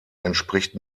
entspricht